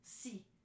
si